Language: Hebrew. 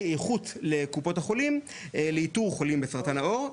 איכות לקופות החולים לאיתור חולים בסרטן העור,